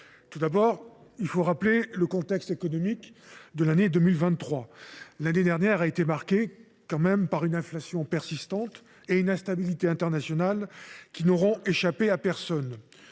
Tout d’abord, il faut rappeler le contexte économique : l’année 2023 a été marquée par une inflation persistante et une instabilité internationale qui n’auront échappé à personne.